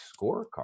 scorecard